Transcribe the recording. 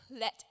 let